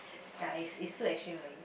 ya is is too extreme already